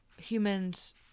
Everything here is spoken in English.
humans